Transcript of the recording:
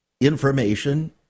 information